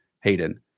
Hayden